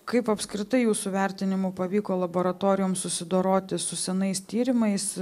kaip apskritai jūsų vertinimu pavyko laboratorijoms susidoroti su senais tyrimais